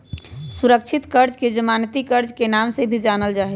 सुरक्षित कर्ज के जमानती कर्ज के नाम से भी जानल जाहई